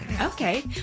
Okay